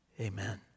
Amen